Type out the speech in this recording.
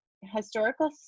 Historical